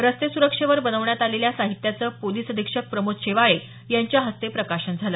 रस्ते सुरक्षेवर बनवण्यात आलेल्या साहित्याचं पोलीस अधीक्षक प्रमोद शेवाळे यांच्या हस्ते प्रकाशन झालं